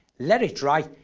let it dry,